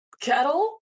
kettle